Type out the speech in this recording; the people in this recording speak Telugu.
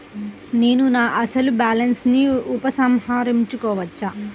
నేను నా అసలు బాలన్స్ ని ఉపసంహరించుకోవచ్చా?